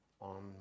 On